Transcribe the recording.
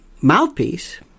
mouthpiece